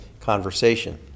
conversation